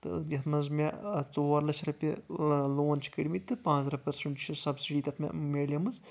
تہٕ ییٚتھ منٛز مےٚ ژور لچھ رۄبیہِ لون چھِ کٔڑۍمٕتۍ تہٕ پانٛژھ ترٕہ پرسنٛٹ چھ سبسڈی تَتھ مےٚ میٚلیٚمٕژ